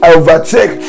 overtake